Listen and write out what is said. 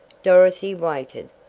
dorothy waited.